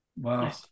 Wow